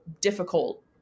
difficult